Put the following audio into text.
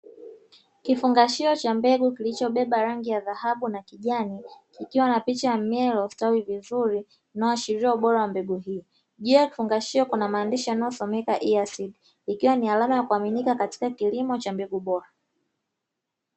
Kifungashio cha mbegu kilichobeba rangi ya dhahabu na kijani kikiwa na picha ya mmea uliostawi vizuri unaoashiria ubora wa mbegu hii, juu ya kifungashio kuna maandishi yanayosomeka "EA seeds" ikiwa ni alama ya kuaminika katika kilimo cha mbegu bora.